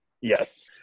Yes